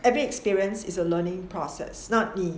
every experience is a learning process 那你